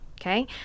Okay